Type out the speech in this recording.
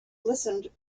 listened